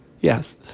yes